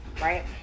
Right